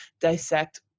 dissect